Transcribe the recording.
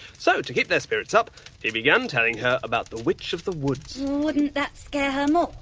so to keep their spirits up he began telling her about the witch of the woods. wouldn't that scare her more?